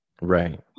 Right